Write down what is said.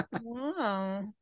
Wow